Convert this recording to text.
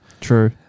true